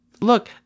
look